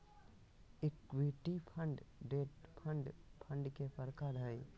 equity fund, debt fund fund के प्रकार हय